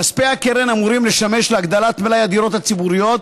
כספי הקרן אמורים לשמש להגדלת מלאי הדירות הציבוריות